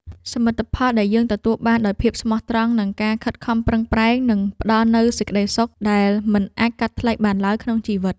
សមិទ្ធផលដែលយើងទទួលបានដោយភាពស្មោះត្រង់និងការខិតខំប្រឹងប្រែងនឹងផ្តល់នូវសេចក្តីសុខដែលមិនអាចកាត់ថ្លៃបានឡើយក្នុងជីវិត។